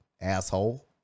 asshole